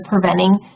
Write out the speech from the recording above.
preventing